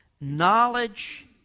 knowledge